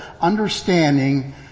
understanding